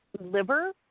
liver